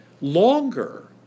longer